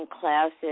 classes